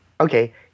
okay